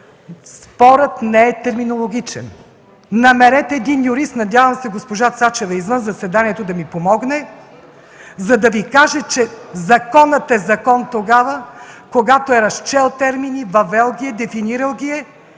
спорът не е терминологичен! Намерете един юрист, надявам се госпожа Цачева извън заседанието да ми помогне, за да Ви каже, че законът е закон тогава, когато е разчел термини, въвел ги е, дефинирал ги е